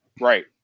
Right